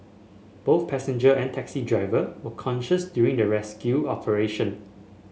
both passenger and taxi driver were conscious during the rescue operation